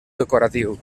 decoratiu